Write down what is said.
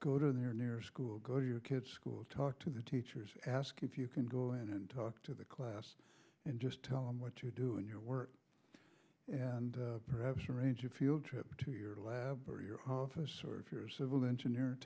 go to their near school go to your kid's school talk to the teachers ask if you can go in and talk to the class and just tell them what you do in your work and perhaps arrange a field trip to your lab or your harvests or if you're a civil engineer